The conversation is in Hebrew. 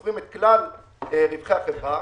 סופרים את כלל רווחי החברה,